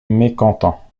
mécontents